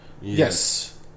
Yes